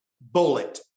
bullet